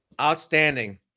outstanding